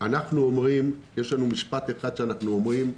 יש משפט אחד שאנחנו אומרים,